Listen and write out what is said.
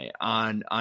on